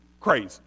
crazy